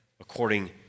according